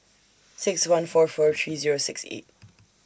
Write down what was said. six one four four three Zero six eight